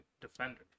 defender